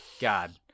God